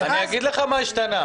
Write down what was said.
אני אגיד לך מה השתנה.